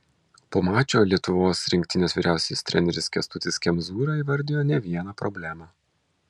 po mačo lietuvos rinktinės vyriausiasis treneris kęstutis kemzūra įvardijo ne vieną problemą